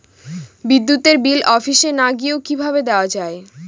বিদ্যুতের বিল অফিসে না গিয়েও কিভাবে দেওয়া য়ায়?